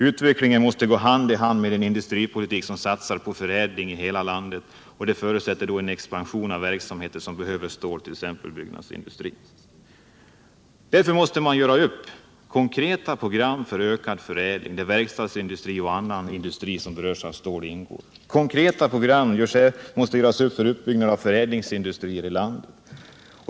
Utvecklingen måste gå hand i hand med en industripolitik som satsar på förädling inom landet, och det förutsätter då en expansion av verksamheter som behöver stål, t.ex. byggnadsindustrin. Därför måste man göra upp konkreta program för ökad förädling, där verkstadsindustri och annan industri som berörs av stål ingår. Konkreta program måste utarbetas för uppbyggnad av förädlingsindustrier i landet.